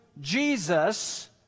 Jesus